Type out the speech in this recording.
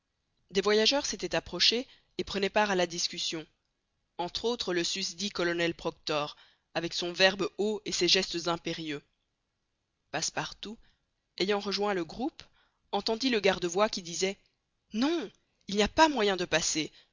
des voyageurs s'étaient approchés et prenaient part à la discussion entre autres le susdit colonel proctor avec son verbe haut et ses gestes impérieux passepartout ayant rejoint le groupe entendit le garde voie qui disait non il n'y a pas moyen de passer